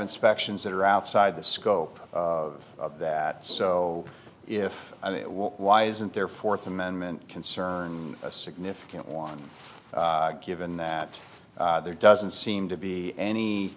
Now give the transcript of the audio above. inspections that are outside the scope of that so if i may why isn't their fourth amendment concern a significant one given that there doesn't seem to be any